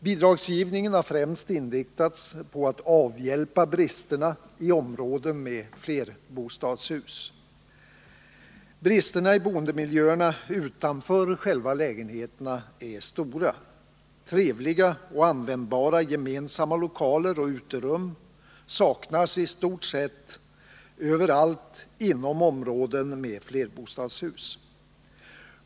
Bidragsgivningen har främst inriktats på att avhjälpa bristerna i områden med flerbostadshus. Bristerna i boendemiljön utanför själva lägenheten är stora. Trevliga och användbara gemensamma lokaler och uterum saknas i stort sett överallt inom områden med flerbostadshus.